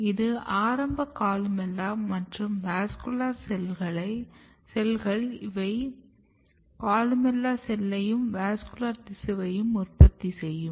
இது ஆரம்ப கொலுமெல்லா மற்றும் வாஸ்குலர் செல்கள் இவை கொலுமெல்லா செல்லையும் வாஸ்குலர் திசுவையும் உற்பத்திசெய்யும்